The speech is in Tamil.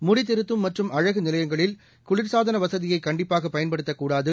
முடிதிருத்தும் மற்றும் அழகுநிலையங்களில் குளிர்ச்சாதனவசதியைகண்டிப்பாகபயன்படுத்தக்கூடாது